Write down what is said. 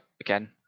again